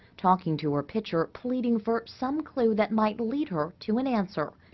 talking to her picture, pleading for some clue that might lead her to an answer.